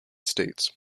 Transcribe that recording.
states